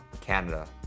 Canada